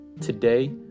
Today